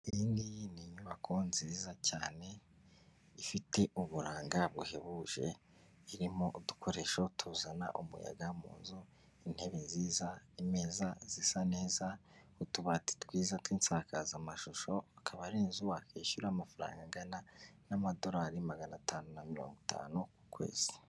Iyi ngiyi ni inyubako nziza cyane, ifite uburanga buhebuje irimo udukoresho tuzana umuyaga mu nzu, intebe nziza, imeza zisa neza, utubati twiza tw'insakazamashusho, akaba ari inzu wakwishyura amafaranga angana n'amadorari magana atanu na mirongo itanu ku kwezi.